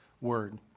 word